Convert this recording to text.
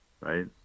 right